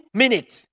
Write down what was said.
minutes